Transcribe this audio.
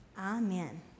Amen